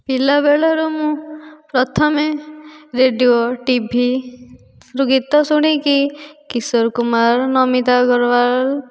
ପିଲା ବେଳରୁ ମୁଁ ପ୍ରଥମେ ରେଡ଼ିଓ ଟିଭିରୁ ଗୀତ ଶୁଣିକି କିଶୋର କୁମାର ନମିତା ଅଗ୍ରୱାଲ